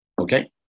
Okay